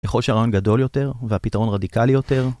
ככל שהרעיון גדול יותר והפתרון רדיקלי יותר